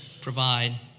provide